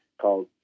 called